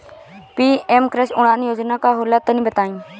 PM कृषि उड़ान योजना का होला तनि बताई?